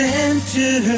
Center